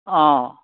অঁ